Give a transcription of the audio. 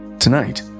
Tonight